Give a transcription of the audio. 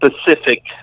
specific